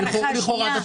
לכאורה אתה צודק.